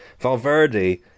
Valverde